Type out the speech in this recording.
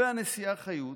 והנשיאה חיות,